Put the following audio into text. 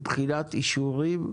מבחינת אישורים,